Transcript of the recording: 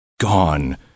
gone